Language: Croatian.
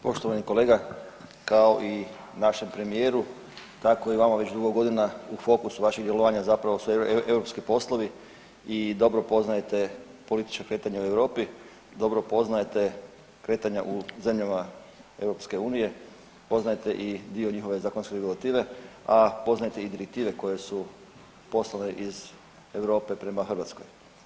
Poštovani kolega, kao i našem premijeru tako i vama već dugo godina u fokusu vašeg djelovanja zapravo su europski poslovi i dobro poznajete političko kretanje u Europi, dobro poznajete kretanja u zemljama EU, poznajete i dio njihove zakonske regulative a poznajete i direktive koje su poslane iz Europe prema Hrvatskoj.